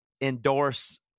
endorse